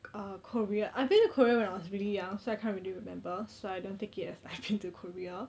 uh korea I've been to korea when I was really young so I can't really remember so I don't take it as I've been to korea